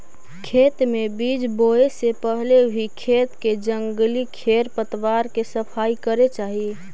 खेत में बीज बोए से पहले भी खेत के जंगली खेर पतवार के सफाई करे चाही